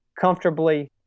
comfortably